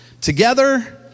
Together